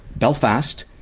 belfast,